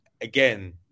again